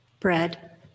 bread